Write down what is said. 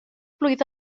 blwydd